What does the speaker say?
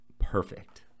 perfect